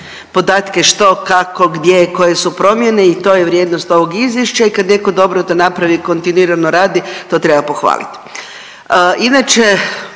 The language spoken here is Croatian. Podatke što, kako, gdje, koje su promjene i to je vrijednost ovog izvješća. I kad netko dobro to napravi i kontinuirano radi to treba pohvaliti. Inače